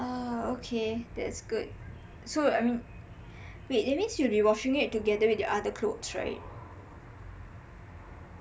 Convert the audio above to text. orh okay that's good so I mean wait that means you'll be washing it together with your other clothes right